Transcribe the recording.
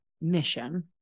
mission